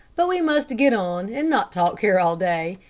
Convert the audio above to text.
but we must get on and not talk here all day.